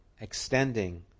extending